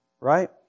Right